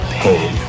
pain